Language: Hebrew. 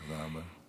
תודה רבה.